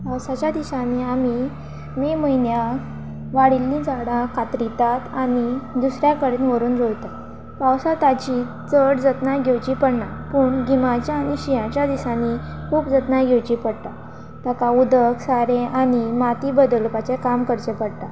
पावसाच्या दिशांनी आमी मे म्हयन्याक वाडिल्लीं झाडां कातरितात आनी दुसऱ्या कडेन व्हरून रोवतात पावसा ताची चड जतनाय घेवची पडना पूण गिमाच्या आनी शियांच्या दिसांनी खूब जतनाय घेवची पडटा ताका उदक सारें आनी माती बदलपाचें काम करचें पडटा